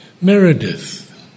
Meredith